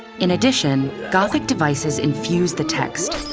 in addition, gothic devices infuse the text.